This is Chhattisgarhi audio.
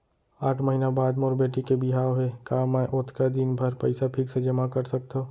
आठ महीना बाद मोर बेटी के बिहाव हे का मैं ओतका दिन भर पइसा फिक्स जेमा कर सकथव?